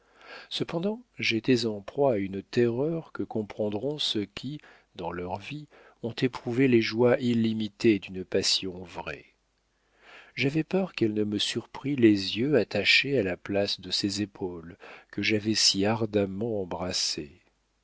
cependant j'étais en proie à une terreur que comprendront ceux qui dans leur vie ont éprouvé les joies illimitées d'une passion vraie j'avais peur qu'elle ne me surprît les yeux attachés à la place de ses épaules que j'avais si ardemment embrassée